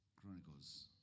Chronicles